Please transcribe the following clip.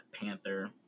Panther